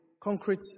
Concrete